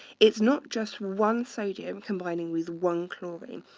it's not just one sodium combining with one chlorine.